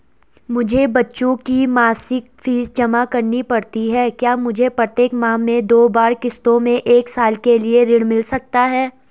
मुझे बच्चों की मासिक फीस जमा करनी पड़ती है क्या मुझे प्रत्येक माह में दो बार किश्तों में एक साल के लिए ऋण मिल सकता है?